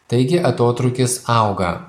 taigi atotrūkis auga